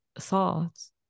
thoughts